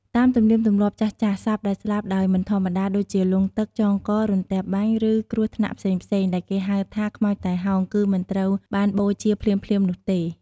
តាមទំនៀមទម្លាប់ចាស់ៗ សពដែលស្លាប់ដោយមិនធម្មតា ដូចជាលង់ទឹក ចងក រន្ទះបាញ់ ឬគ្រោះថ្នាក់ផ្សេងៗ ដែលគេហៅថា "ខ្មោចតៃហោង" គឺមិនត្រូវបានបូជាភ្លាមៗនោះទេ។